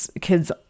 kids